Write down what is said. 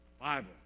Bible